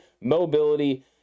mobility